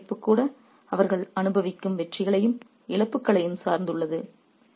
அரசியல் கொந்தளிப்பு கூட அவர்கள் அனுபவிக்கும் வெற்றிகளையும் இழப்புகளையும் சார்ந்துள்ளது